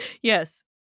Yes